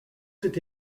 cet